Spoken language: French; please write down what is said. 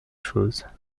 chose